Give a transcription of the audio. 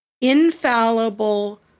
infallible